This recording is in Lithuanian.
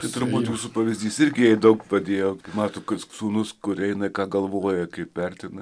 tai turbūt jūsų pavyzdys irgi jai daug padėjo mato kad sūnus kur eina ką galvoja kaip vertina